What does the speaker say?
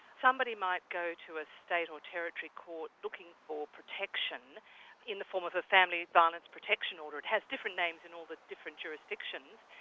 somebody might go to a state or territory court looking for protection in the form of a family violence protection order. it has different names in all the different jurisdictions,